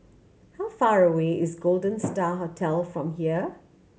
how far away is Golden Star Hotel from here